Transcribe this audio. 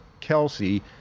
Kelsey